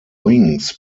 wings